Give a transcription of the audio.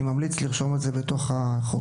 אני ממליץ לרשום את זה בתוך החוק.